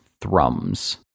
thrums